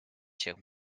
się